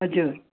हजुर